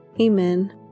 Amen